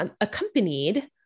accompanied